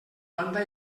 banda